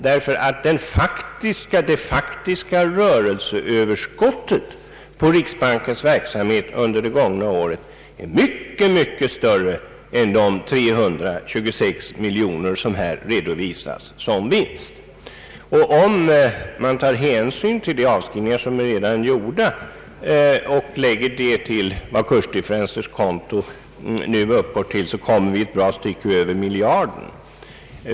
Det faktiska rörelseöverskottet på riksbankens verksamhet under det gångna året är nämligen mycket större än de 326 miljoner kronor som här redovisas som vinst. Om man tar hänsyn till de nedskrivningar som redan är gjorda och lägger denna summa till vad kursdifferensers konto nu uppgår till, kommer man en bra bit över miljarden vid en eventuell överföring dit även av nedskrivningarna.